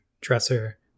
dresser